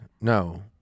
No